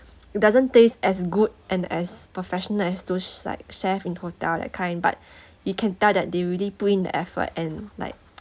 it doesn't taste as good and as professional as to s~ like chef in hotel that kind but you can tell that they really put in the effort and like